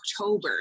October